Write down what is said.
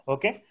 Okay